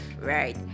right